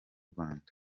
rwanda